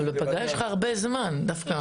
אבל בפגרה יש לך הרבה זמן דווקא,